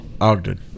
Ogden